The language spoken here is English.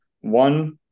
One